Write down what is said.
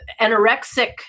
anorexic